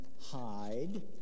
hide